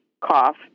cough